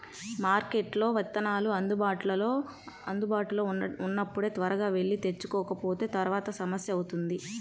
మార్కెట్లో విత్తనాలు అందుబాటులో ఉన్నప్పుడే త్వరగా వెళ్లి తెచ్చుకోకపోతే తర్వాత సమస్య అవుతుంది